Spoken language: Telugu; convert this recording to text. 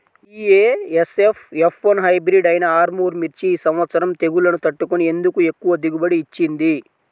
బీ.ఏ.ఎస్.ఎఫ్ ఎఫ్ వన్ హైబ్రిడ్ అయినా ఆర్ముర్ మిర్చి ఈ సంవత్సరం తెగుళ్లును తట్టుకొని ఎందుకు ఎక్కువ దిగుబడి ఇచ్చింది?